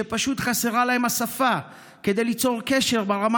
שפשוט חסרה להם השפה כדי ליצור קשר ברמה